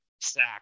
Sack